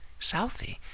Southie